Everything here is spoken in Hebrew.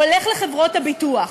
הולך לחברות הביטוח.